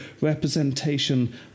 representation